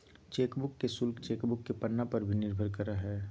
chequebook के शुल्क chequebook के पन्ना पर भी निर्भर करा हइ